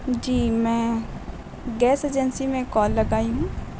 جی میں gas agency میں call لگائی ہوں